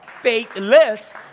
faithless